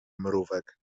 mrówek